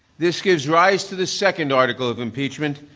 this gives rise to the second article of impeachment,